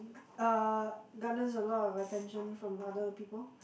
uh garners a lot of attention from other people